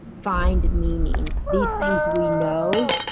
find meaning? these things we know.